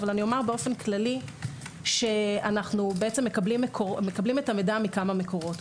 אבל אני אומר באופן כללי שאנחנו מקבלים את המידע מכמה מקורות.